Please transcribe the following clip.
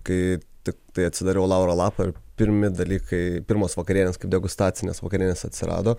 kai tiktai atsidariau lauro lapą pirmi dalykai pirmos vakarienės kaip degustacinės vakarienės atsirado